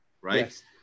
right